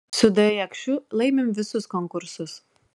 su d jakšiu laimim visus konkursus